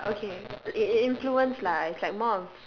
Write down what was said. okay it it influence lah it's like more of